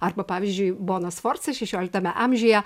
arba pavyzdžiui bona sforca šešioliktame amžiuje